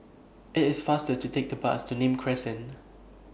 IT IS faster to Take The Bus to Nim Crescent